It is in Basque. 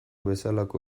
bezalako